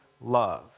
love